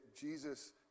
Jesus